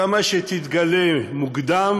כמה שיתגלה מוקדם